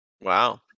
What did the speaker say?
Wow